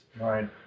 Right